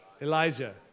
Elijah